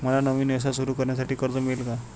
मला नवीन व्यवसाय सुरू करण्यासाठी कर्ज मिळेल का?